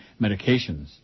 medications